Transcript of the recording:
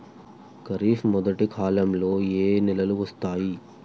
ఖరీఫ్ మొదటి కాలంలో ఏ నెలలు వస్తాయి?